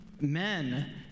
men